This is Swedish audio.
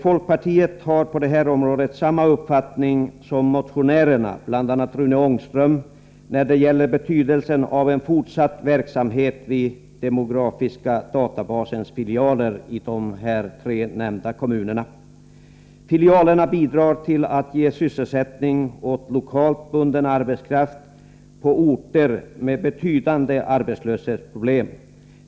Folkpartiet har på detta område samma uppfattning som motionärerna, bl.a. Rune Ångström, när det gäller betydelsen av en fortsatt verksamhet vid demografiska databasens filialer i de tre nämnda kommunerna. Filialerna bidrar till att ge sysselsättning åt lokalt bunden arbetskraft på orter med betydande arbetslöshetsproblem.